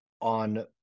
on